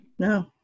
No